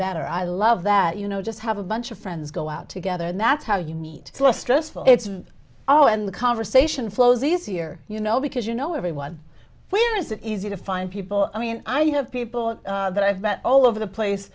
better i love that you know just have a bunch of friends go out together and that's how you meet stressful it's all in the conversation flows easier you know because you know everyone where is it easy to find people i mean i have people that i've met all over the place